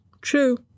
True